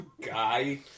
Guy